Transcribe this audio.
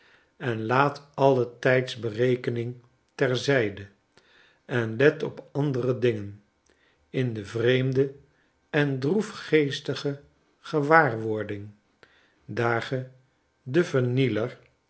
en laat alle tydsberekening ter zyde en let op andere dingen in de vreemde en droefgeestige gewaarwording daar ge